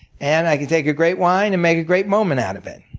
and i can take a great wine and make a great moment out of it.